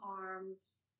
arms